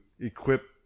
equip